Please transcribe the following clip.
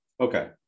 Okay